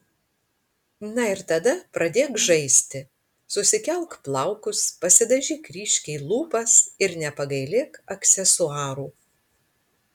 na ir tada pradėk žaisti susikelk plaukus pasidažyk ryškiai lūpas ir nepagailėk aksesuarų